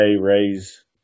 raise